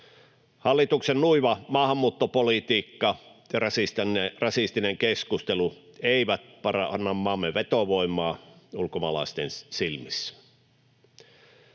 Hallituksen nuiva maahanmuuttopolitiikka ja rasistinen keskustelu eivät paranna maamme vetovoimaa ulkomaalaisten silmissä.